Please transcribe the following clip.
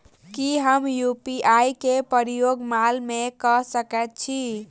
की हम यु.पी.आई केँ प्रयोग माल मै कऽ सकैत छी?